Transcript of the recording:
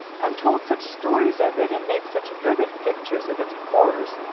and told such stories of it, and made such vivid pictures of its horrors,